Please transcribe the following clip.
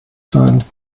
sein